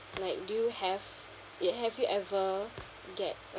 like do you have ya have you ever get